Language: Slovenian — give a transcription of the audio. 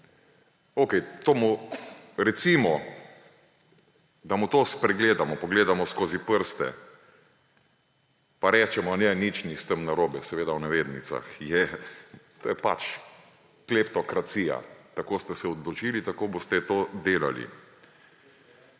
Okej, recimo, da mu to spregledamo, pogledamo skozi prste pa rečemo, nič ni s tem narobe ‒ seveda v navednicah. Je! To je pač kleptokracija, tako ste se odločili, tako boste to delali,